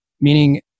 meaning